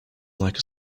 like